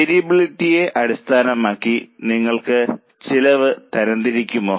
വേരിയബിളിറ്റിയെ അടിസ്ഥാനമാക്കി നിങ്ങൾ ചെലവ് തരംതിരിക്കുമോ